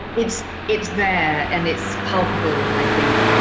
it's it's there. and it's palpable. i think